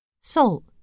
salt